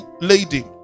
lady